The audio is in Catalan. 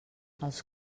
els